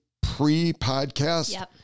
pre-podcast